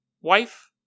wife